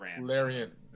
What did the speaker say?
Larian